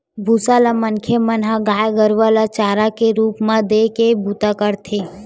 भूसा ल मनखे मन ह गाय गरुवा ल चारा के रुप म देय के बूता करथे